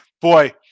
Boy